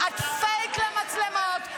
את פייק למצלמות,